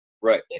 Right